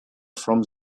from